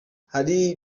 hari